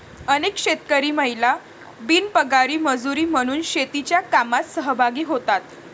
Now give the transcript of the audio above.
अनेक शेतकरी महिला बिनपगारी मजुरी म्हणून शेतीच्या कामात सहभागी होतात